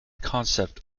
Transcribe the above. concept